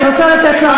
אני רוצה לתת לה.